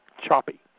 choppy